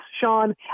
Sean